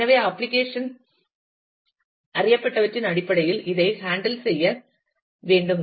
எனவே அப்ளிகேஷன் இல் அறியப்பட்டவற்றின் அடிப்படையில் இதைக் ஹேண்டில் செய்ய வேண்டும்